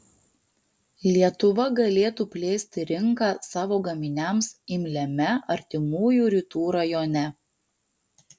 lietuva galėtų plėsti rinką savo gaminiams imliame artimųjų rytų rajone